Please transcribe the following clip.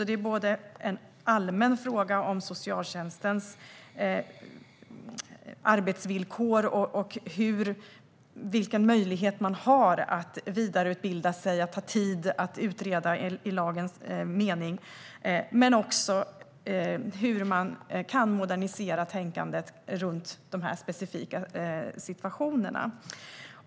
Detta är en allmän fråga om socialtjänstens arbetsvillkor och vilken möjlighet man har att vidareutbilda sig och ha tid att utreda i lagens mening. Men det handlar också om hur man kan modernisera tänkandet runt dessa specifika situationer.